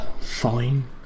fine